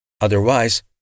Otherwise